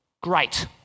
Great